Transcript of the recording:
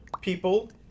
people